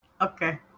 okay